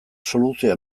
soluzioa